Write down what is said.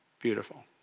beautiful